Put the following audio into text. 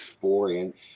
four-inch